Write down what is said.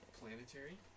Planetary